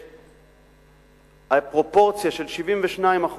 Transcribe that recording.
שהפרופורציה של 72%,